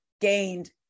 gained